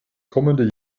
kommende